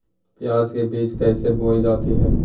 प्याज के बीज कैसे बोई जाती हैं?